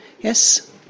Yes